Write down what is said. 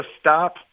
stop